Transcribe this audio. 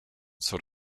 sort